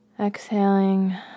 Exhaling